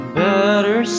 better